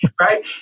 Right